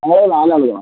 എങ്ങനെ